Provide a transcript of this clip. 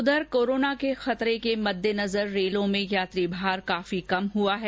उधर कोरोना के खतरे मद्देनजर रेलों में यात्री भार काफी कम हुआ है